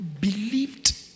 believed